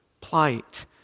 plight